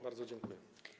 Bardzo dziękuję.